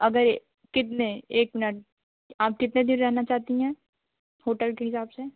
अगर ये कितने एक मिनट आप कितने दिन रहना चाहती हैं होटल के हिसाब से